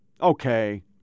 Okay